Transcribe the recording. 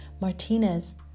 Martinez